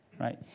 Right